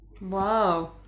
Wow